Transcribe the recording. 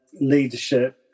leadership